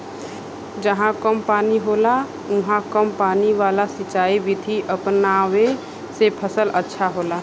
जहां कम पानी होला उहाँ कम पानी वाला सिंचाई विधि अपनावे से फसल अच्छा होला